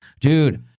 Dude